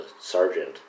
sergeant